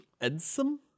Edson